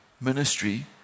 ministry